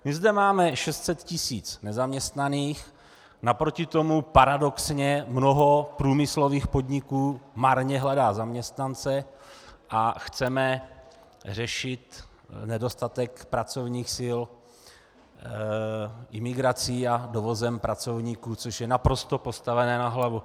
My zde máme 600 tisíc nezaměstnaných, naproti tomu paradoxně mnoho průmyslových podniků marně hledá zaměstnance, a chceme řešit nedostatek pracovních sil imigrací a dovozem pracovníků, což je naprosto postavené na hlavu.